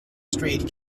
street